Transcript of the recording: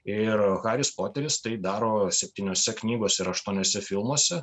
ir haris poteris tai daro septyniose knygose ir aštuoniuose filmuose